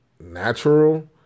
natural